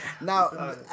Now